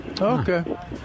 Okay